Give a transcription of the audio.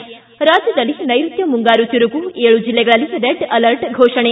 ಿ ರಾಜ್ಯದಲ್ಲಿ ನೈರುತ್ಯ ಮುಂಗಾರು ಚುರುಕು ಏಳು ಜಿಲ್ಲೆಗಳಲ್ಲಿ ರೆಡ್ ಅಲರ್ಟ್ ಘೋಷಣೆ